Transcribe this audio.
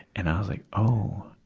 and i was like oh!